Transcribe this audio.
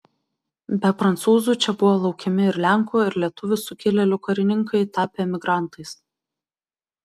be prancūzų čia buvo laukiami ir lenkų ir lietuvių sukilėlių karininkai tapę emigrantais